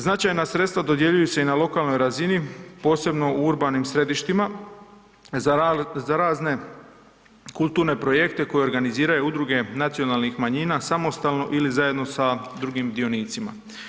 Značajna sredstva dodjeljuju se i na lokalnoj razini, posebno u urbanim središtima, za razne kulturne projekte koje organiziraju udruge nacionalnih manjina samostalno ili zajedno sa drugim dionicama.